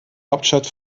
hauptstadt